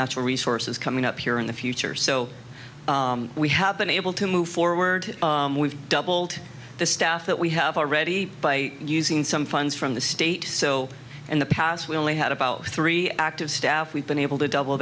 natural resources coming up here in the future so we have been able to move forward we've doubled the staff that we have already by using some funds from the state so in the past we only had about three active staff we've been able to double